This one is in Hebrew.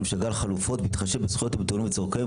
שקל חלופות בהתחשב בזכויות המטופלים וצורכיהם,